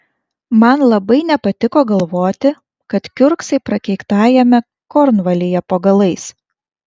man labai nepatiko galvoti kad kiurksai prakeiktajame kornvalyje po galais